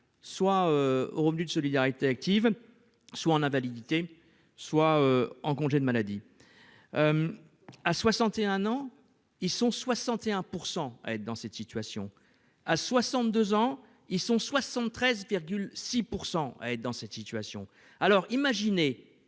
soit au Revenu de Solidarité Active. Soit en invalidité soit en congé de maladie. À 61 ans ils sont 61% à être dans cette situation. À 62 ans ils sont 73. 6 % à être dans cette situation. Alors imaginez